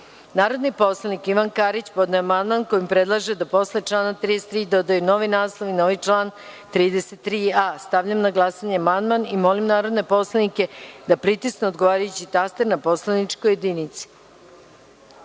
poslanik Ivan Karić podneo je amandman kojim predlaže da se posle člana 33. dodaju novi naslov i novi član 33a.Stavljam na glasanje ovaj amandman. Molim narodne poslanike da pritisnu odgovarajući taster na poslaničkoj